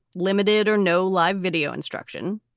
limited or no live video instruction.